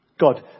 God